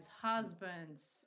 husbands